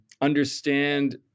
understand